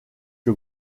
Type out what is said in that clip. que